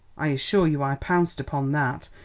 i assure you i pounced upon that,